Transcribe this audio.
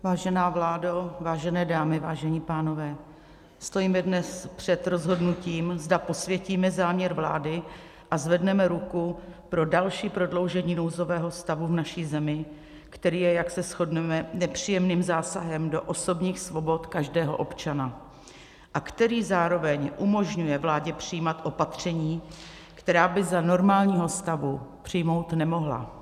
Vážená vládo, vážené dámy, vážení pánové, stojíme dnes před rozhodnutím, zda posvětíme záměr vlády a zvedneme ruku pro další prodloužení nouzového stavu v naší zemi, který je, jak se shodneme, nepříjemným zásahem do osobních svobod každého občana a který zároveň umožňuje vládě přijímat opatření, která by za normálního stavu přijmout nemohla.